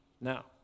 Now